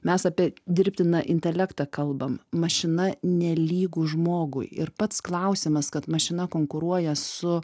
mes apie dirbtiną intelektą kalbam mašina nelygu žmogui ir pats klausimas kad mašina konkuruoja su